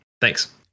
Thanks